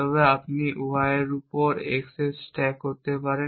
তবে আপনি y এর উপর x স্ট্যাক করতে পারেন